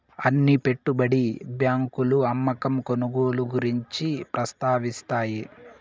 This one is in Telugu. అన్ని పెట్టుబడి బ్యాంకులు అమ్మకం కొనుగోలు గురించి ప్రస్తావిస్తాయి